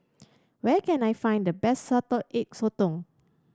where can I find the best Salted Egg Sotong